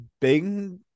big